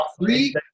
three